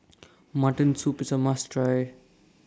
Mutton Soup IS A must Try